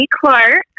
Clark